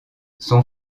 son